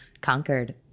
conquered